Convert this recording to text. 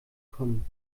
kommen